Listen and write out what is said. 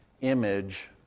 image